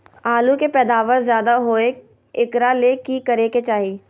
आलु के पैदावार ज्यादा होय एकरा ले की करे के चाही?